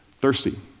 thirsty